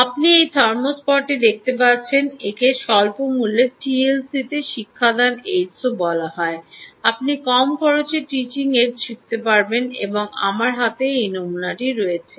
আপনি এই থার্মো স্পটটি দেখতে পাচ্ছেন একে স্বল্প মূল্যে টিএলসি তে শিক্ষাদান এইডসও বলা হয় আপনি কম খরচে টিচিং এইডস শিখতে পারবেন এবং আমার হাতে একটি নমুনা আছে